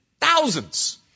Thousands